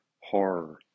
horror